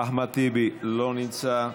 אה,